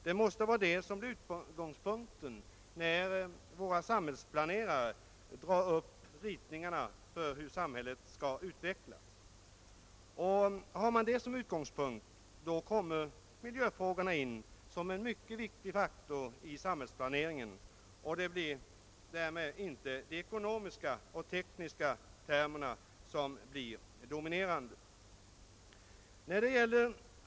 Det måste vara utgångspunkten när våra samhällsplanerare drar upp riktlinjerna för hur samhället skall utvecklas; då kommer miljöfrågorna in som en mycket viktig faktor i samhällsplaneringen och de ekonomiska och tekniska termerna blir inte dominerande.